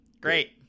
great